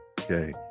okay